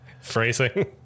phrasing